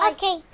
Okay